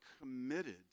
committed